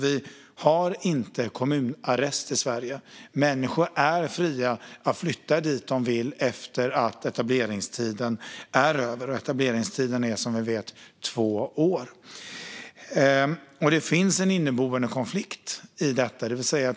Vi har inte kommunarrest i Sverige. Människor är fria att flytta dit de vill efter det att etableringstiden är över. Den är som bekant två år. Det finns en inneboende konflikt i detta.